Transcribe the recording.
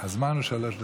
הזמן הוא שלוש דקות.